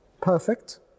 perfect